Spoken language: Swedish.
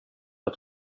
att